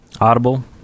Audible